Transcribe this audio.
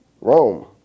rome